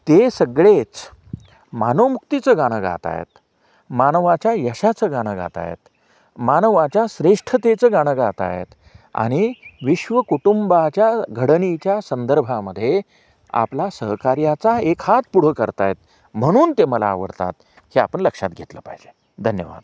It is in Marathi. ते सगळेच मानवमुक्तीचं गाणं गात आहेत मानवाच्या यशाचं गाणं गात आहेत मानवाच्या श्रेष्ठतेचं गाणं गात आहेत आणि विश्वकुटुंबाच्या घडणीच्या संदर्भामध्ये आपला सहकार्याचा एक हात पुढं करत आहेत म्हणून ते मला आवडतात की आपण लक्षात घेतलं पाहिजे धन्यवाद